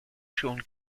sean